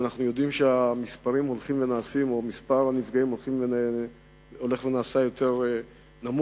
אנחנו גם יודעים שמספר הנפגעים הולך ונעשה נמוך יותר.